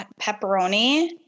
pepperoni